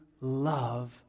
love